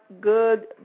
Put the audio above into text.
good